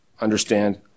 understand